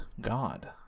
god